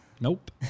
nope